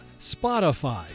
Spotify